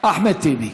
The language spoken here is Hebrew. אחמד טיבי.